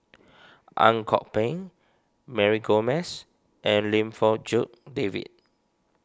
Ang Kok Peng Mary Gomes and Lim Fong Jock David